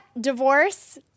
divorce